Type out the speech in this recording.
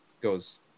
goes